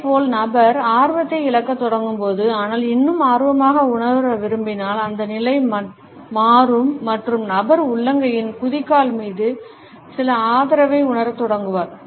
இதேபோல் நபர் ஆர்வத்தை இழக்கத் தொடங்கும் போது ஆனால் இன்னும் ஆர்வமாக உணர விரும்பினால் அந்த நிலை மாறும் மற்றும் நபர் உள்ளங்கையின் குதிகால் மீது சில ஆதரவை உணரத் தொடங்குவார்